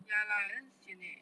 ya lah damn sian eh